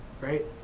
Right